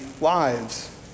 lives